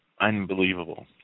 unbelievable